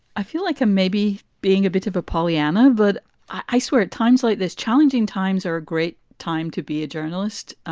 i feel like i'm maybe being a bit of a pollyanna, but i swear, at times like this, challenging times are a great time to be a journalist.